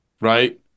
right